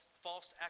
false